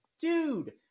Dude